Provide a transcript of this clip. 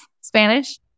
Spanish